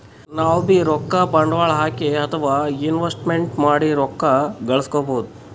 ನಾವ್ಬೀ ರೊಕ್ಕ ಬಂಡ್ವಾಳ್ ಹಾಕಿ ಅಥವಾ ಇನ್ವೆಸ್ಟ್ಮೆಂಟ್ ಮಾಡಿ ರೊಕ್ಕ ಘಳಸ್ಕೊಬಹುದ್